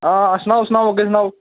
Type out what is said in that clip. हां अच्छा सनाओ सनाओ अग्गें सनाओ